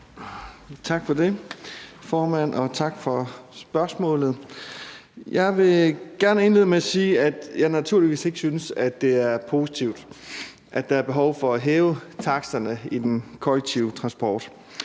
Tak for det, formand, og tak for spørgsmålet. Jeg vil gerne indlede med at sige, at jeg naturligvis ikke synes, det er positivt, at der er behov for at hæve taksterne i den kollektive transport.